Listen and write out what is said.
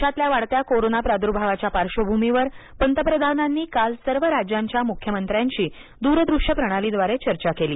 देशातल्या वाढत्या कोरोना प्रादुर्भावाच्या पार्श्वभूमीवर पंतप्रधानांनी काल सर्व राज्यांच्या मुख्यमंत्र्यांशी दूरदृष्य प्रणालीद्वारे चर्चा केली